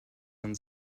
man